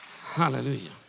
Hallelujah